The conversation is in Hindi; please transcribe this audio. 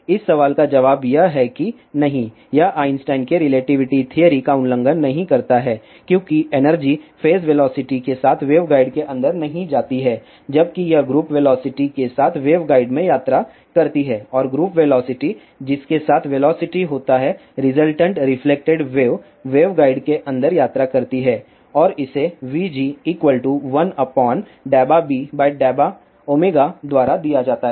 इस सवाल का जवाब यह है कि नहीं यह आइंस्टीन के रिलेटिविटी थ्योरी का उल्लंघन नहीं करता है क्योंकि एनर्जी फेज वेलोसिटी के साथ वेवगाइड के अंदर नहीं जाती है जबकि यह ग्रुप वेलोसिटी के साथ वेवगाइड में यात्रा करती है और ग्रुप वेलोसिटी जिसके साथ वेलोसिटी होता है रिजल्टेंट रेफ्लेक्टेड वेव वेवगाइड के अंदर यात्रा करती हैं और इसे vg1∂β∂ω द्वारा दिया जाता है